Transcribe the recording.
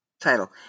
title